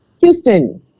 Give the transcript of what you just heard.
Houston